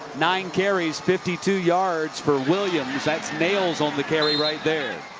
nine carries, fifty two yards for williams. that's nails on the carry right there.